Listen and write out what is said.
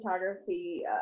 photography